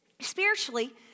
Spiritually